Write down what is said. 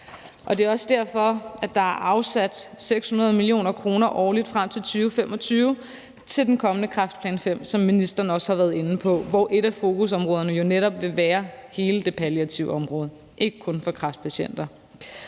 Det er også derfor, at der er afsat 600 mio. kr. årligt frem til 2025 til den kommende kræftplan V, som ministeren også har været inde på, og hvor et af fokusområderne jo netop vil være hele det palliative område og ikke kun for kræftpatienter.